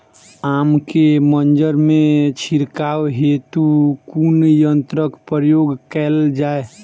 आम केँ मंजर मे छिड़काव हेतु कुन यंत्रक प्रयोग कैल जाय?